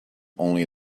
only